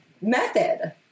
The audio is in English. method